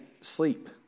sleep